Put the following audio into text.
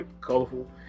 colorful